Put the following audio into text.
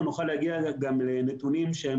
אלה נתונים